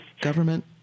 government